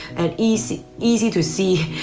and easy easy to see,